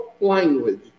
language